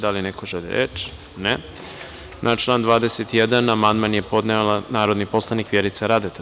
Da li neko želi reč? (Ne) Na član 21. amandman je podnela narodni poslanik Vjerica Radeta.